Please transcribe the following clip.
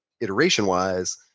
iteration-wise